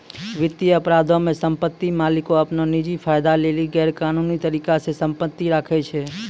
वित्तीय अपराधो मे सम्पति मालिक अपनो निजी फायदा लेली गैरकानूनी तरिका से सम्पति राखै छै